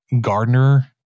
Gardner